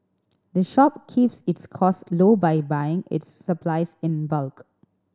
the shop keeps its cost low by buying its supplies in bulk